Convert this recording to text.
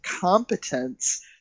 competence